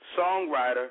songwriter